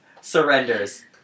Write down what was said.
surrenders